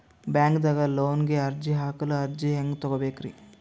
ಬ್ಯಾಂಕ್ದಾಗ ಲೋನ್ ಗೆ ಅರ್ಜಿ ಹಾಕಲು ಅರ್ಜಿ ಹೆಂಗ್ ತಗೊಬೇಕ್ರಿ?